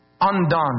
Undone